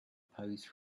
pose